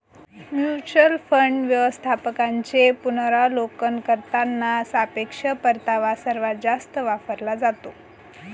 mutual fund व्यवस्थापकांचे पुनरावलोकन करताना सापेक्ष परतावा सर्वात जास्त वापरला जातो